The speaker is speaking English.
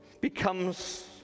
becomes